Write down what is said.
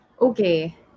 Okay